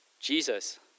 Jesus